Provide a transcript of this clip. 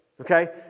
Okay